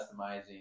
customizing